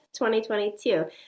2022